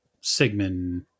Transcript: Sigmund